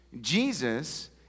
Jesus